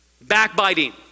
backbiting